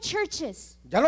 Churches